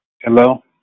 Hello